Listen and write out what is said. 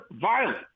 violent